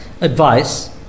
advice